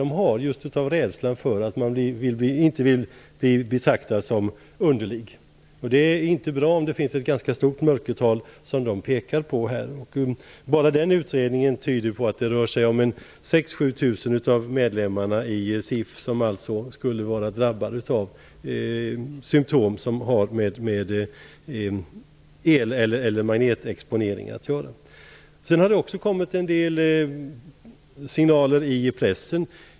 De är rädda för att bli betraktade som underliga. Det är inte bra om det finns ett ganska stort mörkertal, vilket rapporten pekar på. Bara denna utredning tyder på att 6 000-7 000 av medlemmarna i SIF skulle vara drabbade av symtom som har med el eller magnetexponering att göra. Det har också förekommit en del signaler i pressen.